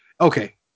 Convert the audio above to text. Okay